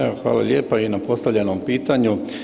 Evo hvala lijepo i na postavljenom pitanju.